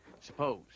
Suppose